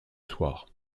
soir